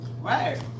Right